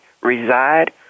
reside